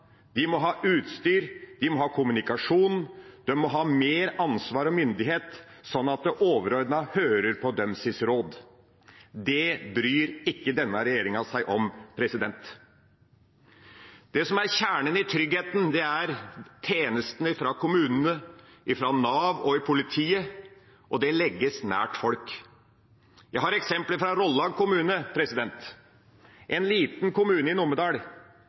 ha utstyr, ha kommunikasjon, og de må ha mer ansvar og myndighet, slik at overordnede hører på deres råd. Det bryr ikke denne regjeringa seg om. Kjernen i tryggheten er tjenestene fra kommunene, fra Nav og fra politiet og at de legges nær folk. Jeg har et eksempel fra Rollag kommune, en liten kommune i Numedal